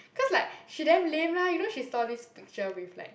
cause like she damn lame lah you know she saw this picture with like